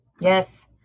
Yes